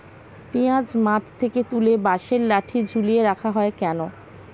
পিঁয়াজ মাঠ থেকে তুলে বাঁশের লাঠি ঝুলিয়ে রাখা হয় কেন?